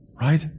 right